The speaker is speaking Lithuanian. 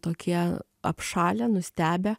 tokie apšalę nustebę